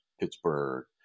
Pittsburgh